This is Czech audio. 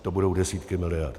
To budou desítky miliard.